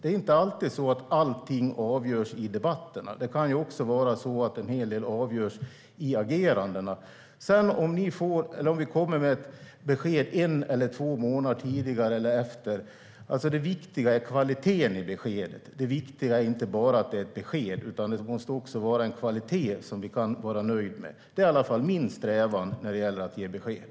Det är inte alltid så att allting avgörs i debatterna. Det kan också vara så att en hel del avgörs i agerandet. Om vi sedan kommer med ett besked en eller två månader tidigare eller senare är mindre intressant; det viktiga är kvaliteten i beskedet, inte bara att det kommer ett besked. Det måste vara en kvalitet som vi kan vara nöjda med. Det är i alla fall min strävan när det gäller att ge besked.